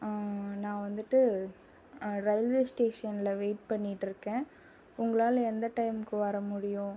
நான் வந்துட்டு ரயில்வே ஸ்டேஷனில் வெயிட் பண்ணிகிட்டு இருக்கேன் உங்களால் எந்த டைமுக்கு வர முடியும்